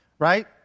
Right